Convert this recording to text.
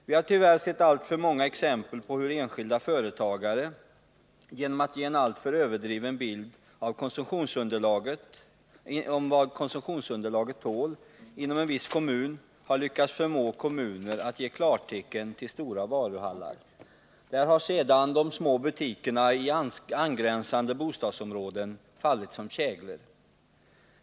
Vi har tyvärr sett alltför många exempel på hur enskilda företagare, genom att ge en överdriven bild av vad konsumtionsunderlaget tål i en viss kommun, har lyckats förmå kommuner att ge klartecken till stora varuhallar. Sedan har de små butikerna i angränsande bostadsområden fallit som käglor.